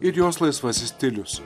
ir jos laisvasis stilius